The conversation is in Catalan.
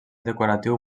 decoratiu